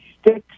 Sticks